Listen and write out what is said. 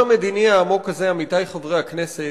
עמיתי חברי הכנסת,